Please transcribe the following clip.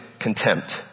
contempt